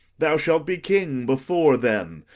thou shalt be king before them,